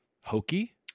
hokey